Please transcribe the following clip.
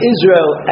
Israel